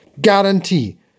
guarantee